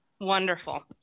Wonderful